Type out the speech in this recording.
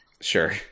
Sure